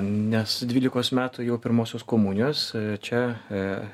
nes dvylikos metų ėjau pirmosios komunijos čia